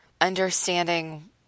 understanding